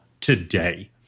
today